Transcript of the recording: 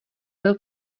byl